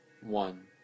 One